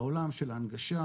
בעולם של ההנגשה,